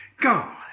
God